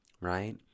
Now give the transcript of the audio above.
right